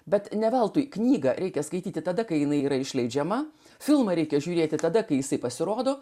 bet ne veltui knygą reikia skaityti tada kai jinai yra išleidžiama filmą reikia žiūrėti tada kai jisai pasirodo